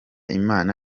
imana